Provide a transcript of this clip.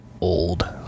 old